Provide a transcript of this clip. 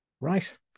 Right